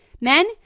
Men